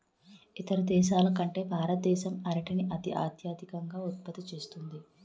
ఇతర దేశాల కంటే భారతదేశం అరటిని అత్యధికంగా ఉత్పత్తి చేస్తుంది